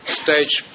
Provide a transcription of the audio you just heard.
stage